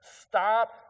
Stop